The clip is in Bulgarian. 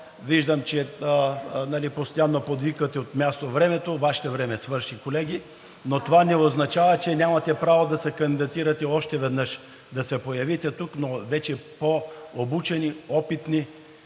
виждам, че постоянно подвиквате от място: „Времето“ – Вашето време свърши, колеги, но това не означава, че нямате право да се кандидатирате още веднъж. Да се появите тук, но вече по-обучени, опитни,